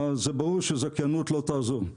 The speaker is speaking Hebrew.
אז זה ברור שזכיינות לא תעזור.